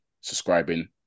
subscribing